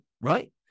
right